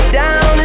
down